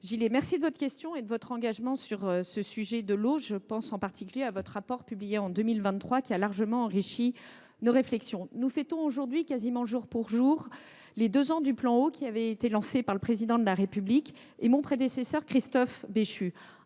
remercie de votre question et de votre engagement sur le sujet de l’eau. Je pense en particulier à votre rapport d’information publié en 2023, qui a beaucoup enrichi nos réflexions. Nous fêtons aujourd’hui, quasiment jour pour jour, les deux ans du plan Eau, qui avait été lancé le 30 mars 2023 par le Président de la République et par mon prédécesseur Christophe Béchu.